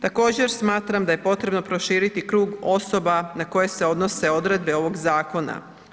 Također smatram da je potrebno proširiti krug osoba na koje se odnose odredbe ovog zakona.